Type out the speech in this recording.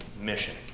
mission